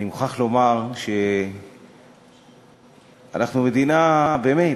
אני מוכרח לומר שאנחנו מדינה, באמת,